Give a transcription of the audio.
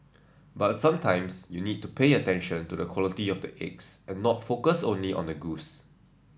but sometimes you need to pay attention to the quality of the eggs and not focus only on the goose